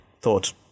thought